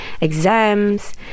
exams